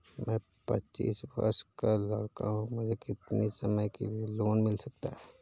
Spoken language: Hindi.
मैं पच्चीस वर्ष का लड़का हूँ मुझे कितनी समय के लिए लोन मिल सकता है?